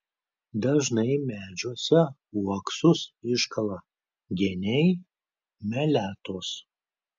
dažnai medžiuose uoksus iškala geniai meletos